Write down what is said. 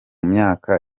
myaka